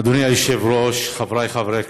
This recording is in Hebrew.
אדוני היושב-ראש, חבריי חברי הכנסת,